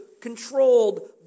controlled